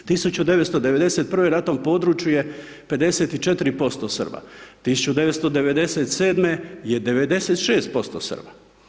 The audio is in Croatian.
1991. na tom području je 54% Srba, 1997. je 96% Srba.